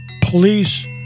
police